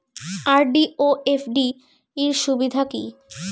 RD ও FD র সুবিধা কি?